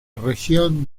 región